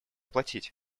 платить